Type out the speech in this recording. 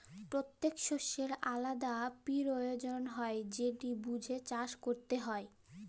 পত্যেকট শস্যের আলদা পিরয়োজন হ্যয় যেট বুঝে চাষট ক্যরতে হয়